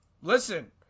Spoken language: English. Listen